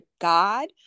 God